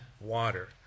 water